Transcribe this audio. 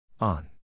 on